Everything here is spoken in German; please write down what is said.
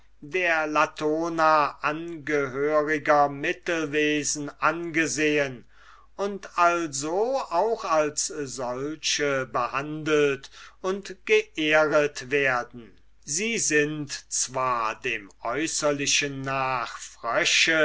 der latona angehöriger mittelwesen angesehen und also auch als solche behandelt und geehret werden sie sind zwar dem äußerlichen